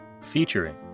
featuring